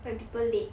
when people late